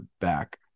back